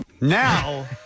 Now